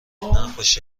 نقاشی